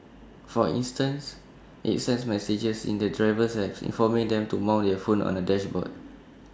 for instance IT sends messages in the driver's app informing them to mount their phone on the dashboard